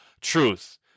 truth